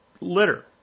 litter